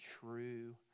true